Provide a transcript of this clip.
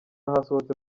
hasohotse